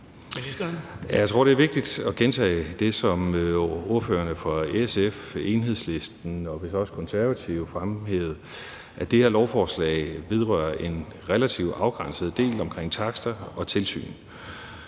Jeg tror, det er vigtigt at gentage det, som ordførerne fra SF, Enhedslisten og vist også Konservative fremhævede, nemlig at det her lovforslag vedrører en relativt afgrænset del omkring takster og tilsyn.